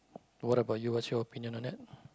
what about you what's your opinion on that